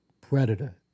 predator